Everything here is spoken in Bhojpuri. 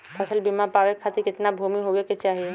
फ़सल बीमा पावे खाती कितना भूमि होवे के चाही?